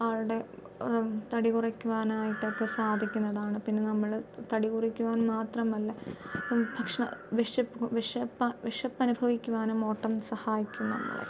അവരുടെ തടി കുറക്കുവാൻ ആയിട്ടൊക്കെ സാധിക്കുന്നതാണ് പിന്നെ നമ്മൾ തടി കുറക്കുവാൻ മാത്രമല്ല ഭക്ഷണം വിശപ്പ് വിശപ്പ് വിശപ്പ് അനുഭവിക്കാനും ഓട്ടം സഹായിക്കുന്നു